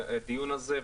הדיון הזה,